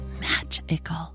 magical